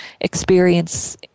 experience